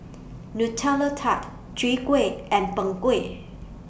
Nutella Tart Chwee Kueh and Png Kueh